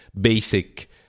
basic